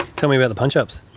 tell me about the punch ups.